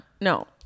no